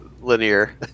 linear